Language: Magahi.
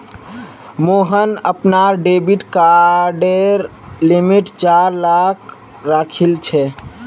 मोहन अपनार डेबिट कार्डेर लिमिट चार लाख राखिलछेक